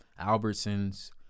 Albertsons